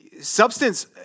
substance